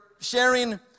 sharing